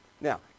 Now